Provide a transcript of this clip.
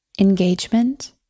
Engagement